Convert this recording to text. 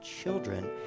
children